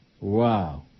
Wow